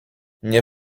nie